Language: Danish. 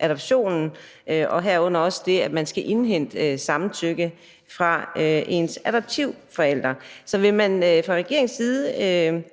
adoptionen og herunder også det, at man skal indhente samtykke fra ens adoptivforældre. Så vil man fra regeringens side